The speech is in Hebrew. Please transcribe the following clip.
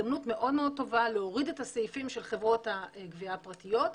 הזדמנות מאוד מאוד טובה להוריד את הסעיפים של חברות הגבייה הפרטיות,